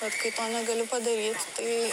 bet kai to negali padaryt tai